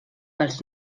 pels